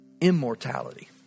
immortality